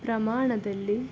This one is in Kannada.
ಪ್ರಮಾಣದಲ್ಲಿ